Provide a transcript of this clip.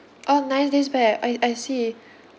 orh nine days back I I see